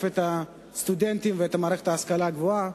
את הסטודנטים ואת מערכת ההשכלה הגבוהה.